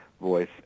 voice